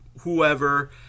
whoever